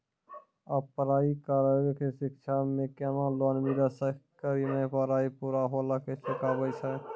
आप पराई करेव ते शिक्षा पे केना लोन मिलते येकर मे पराई पुरा होला के चुकाना छै?